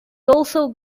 also